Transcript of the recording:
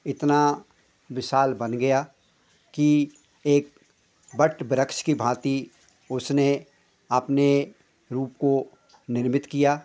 इतना विशाल बन गया कि एक बट वृक्ष की भांति उसने अपने रूप को निर्मित किया